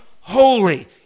holy